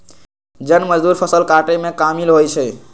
जन मजदुर फ़सल काटेमें कामिल होइ छइ